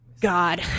God